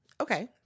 Okay